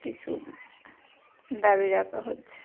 কিছু দাবি রাখা হচ্ছে